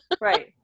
Right